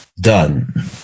done